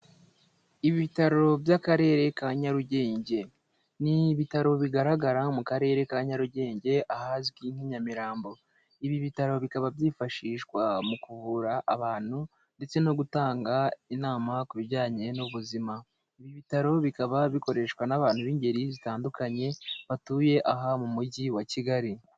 Ibitaro by'akarere ka Nyarugenge ni ibitaro bigaragara mu karere ka Nyarugenge ahazwi nk'Inyamirambo, ibi bitaro bikaba byifashishwa mu kuvura abantu ndetse no gutanga inama ku bijyanye n'ubuzima, ibi bitaro bikaba bikoreshwa n'abantu b'ingeri zitandukanye batuye aha mu mujyi wa Kigali.